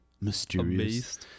mysterious